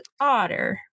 otter